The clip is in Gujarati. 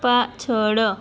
પાછળ